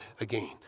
again